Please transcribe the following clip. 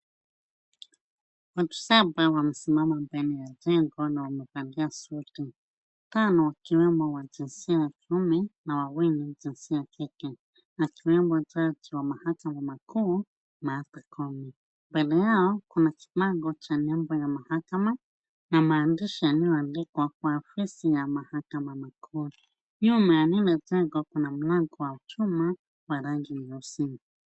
Watu saba wamesimama mbele ya jengo na wamevalia suti. Watano wakiwemo wa jinsia ya kiume na wawili wa jinsia ya kike, akiwemo jaji wa mahakama kuu Martha Koome. Mbele yao kuna kibango cha nembo ya mahakama na maandishi yaliyoandikwa kwa ofisi ya mahakama makuu. Nyuma ya lile jengo kuna mlango wa chuma wa rangi nyeusi.